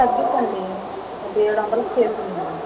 తగ్గించండి ఒక ఏడు వందలకి చేసి ఇవ్వండి